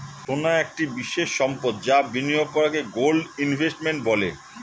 সোনা একটি বিশেষ সম্পদ যা বিনিয়োগ করাকে গোল্ড ইনভেস্টমেন্ট বলে